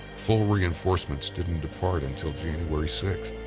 full reinforcements didn't depart until january sixth.